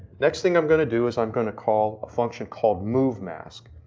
next thing i'm gonna do, is i'm gonna call a function called movemask,